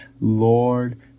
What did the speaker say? Lord